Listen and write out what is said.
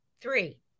three